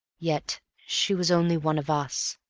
yet she was only one of us,